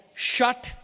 shut